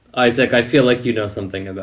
isaac, i feel like you know something and